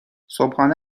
صبحانه